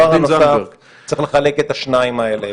דבר נוסף צריך לחלק את השניים האלה.